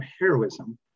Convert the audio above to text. heroism